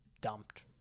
dumped